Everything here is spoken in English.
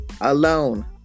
alone